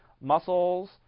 muscles